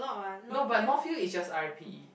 no but north-hill is just R_I_P_E